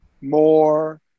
more